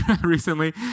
recently